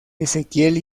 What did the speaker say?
ezequiel